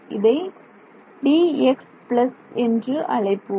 இதை என்று அழைப்போம்